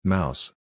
Mouse